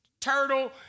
turtle